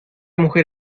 mujer